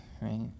Right